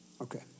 Okay